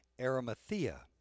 Arimathea